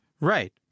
Right